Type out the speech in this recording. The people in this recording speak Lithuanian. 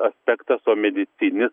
aspektas o medicininis